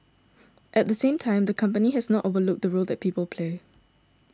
at the same time the company has not overlooked the role that people play